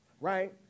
right